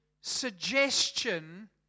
suggestion